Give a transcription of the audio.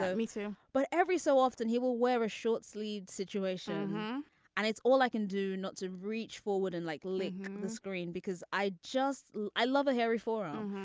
but me too. but every so often he will wear a short sleeved situation and it's all i can do not to reach forward and like lick the screen because i just like i love a hairy forum.